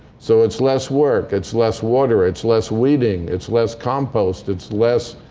so it's less work. it's less water. it's less weeding. it's less compost. it's less